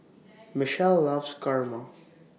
Mitchell loves Kurma